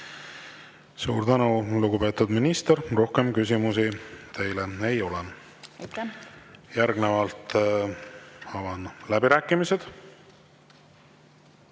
Suur tänu, lugupeetud minister! Rohkem küsimusi teile ei ole. Järgnevalt avan läbirääkimised.